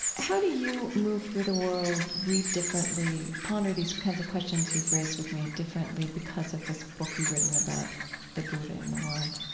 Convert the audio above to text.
how do you move through the world, read differently, ponder these kinds of questions you've raised with me differently, because of this book you've written about the buddha in the world?